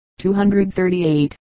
238